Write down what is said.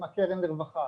עם הקרן לרווחה,